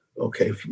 Okay